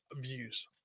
views